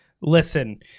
Listen